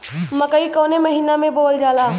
मकई कवने महीना में बोवल जाला?